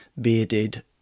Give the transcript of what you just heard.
bearded